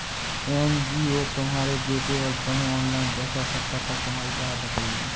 NGO तुम्हारे बेटे और तुम्हें ऑनलाइन पैसा इकट्ठा कर तुम्हारी सहायता करेगी